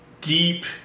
deep